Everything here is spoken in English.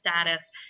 status